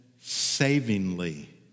savingly